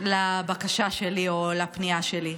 לבקשה שלי או לפנייה שלי.